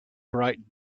bright